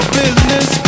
business